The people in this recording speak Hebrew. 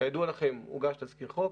כידוע לכם הוגש תזכיר חוק.